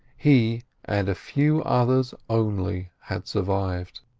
he and a few others only had survived.